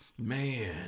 Man